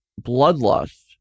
bloodlust